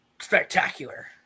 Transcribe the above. spectacular